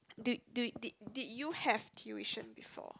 did did did did you have tuition before